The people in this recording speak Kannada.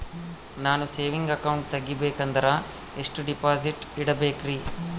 ನಾನು ಸೇವಿಂಗ್ ಅಕೌಂಟ್ ತೆಗಿಬೇಕಂದರ ಎಷ್ಟು ಡಿಪಾಸಿಟ್ ಇಡಬೇಕ್ರಿ?